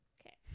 Okay